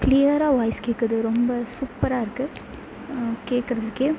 க்ளீயராக வாய்ஸ் கேட்குது ரொம்ப சூப்பராக இருக்குது கேட்குறதுக்கே